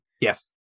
Yes